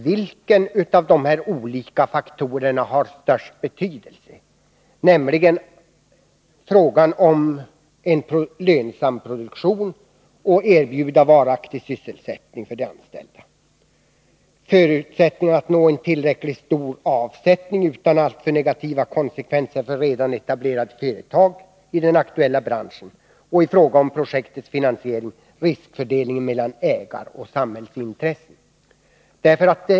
Vilken av dessa olika faktorer har den största betydelsen? Är det frågan om en lönsam produktion och möjligheterna att erbjuda varaktig sysselsättning för de anställda, förutsättningarna att nå en tillräckligt stor avsättning utan alltför negativa konsekvenser för redan etablerade företag i den aktuella branschen eller i fråga om projektets finansiering riskfördelningen mellan ägaroch samhällsintressen?